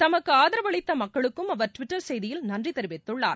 தமக்கு ஆதரவளித்த மக்களுக்கும் அவர் டுவிட்டர் செய்தியில் நன்றி தெரிவித்துள்ளார்